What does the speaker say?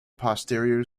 posterior